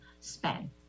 spend